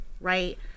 right